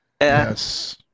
Yes